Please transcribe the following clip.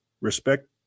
respect